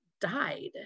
died